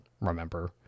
remember